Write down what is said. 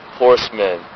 horsemen